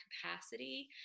capacity